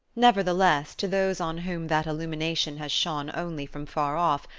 nevertheless, to those on whom that illumination has shone only from far off,